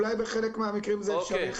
אולי בחלק מהמקרים זה אפשרי.